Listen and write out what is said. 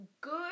good